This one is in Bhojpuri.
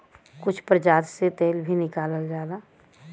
कुछ प्रजाति से तेल भी निकालल जाला